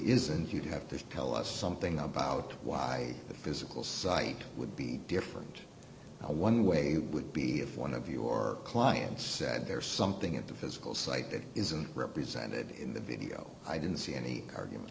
isn't you have to tell us something about why the physical site would be different one way would be if one of your clients said there's something at the physical site that isn't represented in the video i didn't see any argument